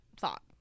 thought